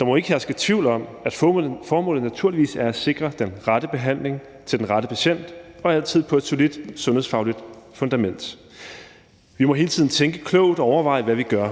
Der må ikke herske tvivl om, at formålet naturligvis er at sikre den rette behandling til den rette patient og altid på et solidt sundhedsfagligt fundament. Vi må hele tiden tænke klogt og overveje, hvad vi gør.